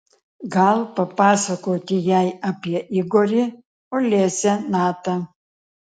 gal papasakoti jai apie igorį olesią natą